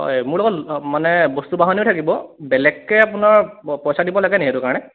হয় মোৰ লগত মানে বস্তু বাহিনীও থাকিব বেলেগকে আপোনাৰ পইচা দিব লাগে নেকি সেইটো কাৰণে